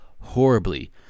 horribly